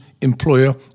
employer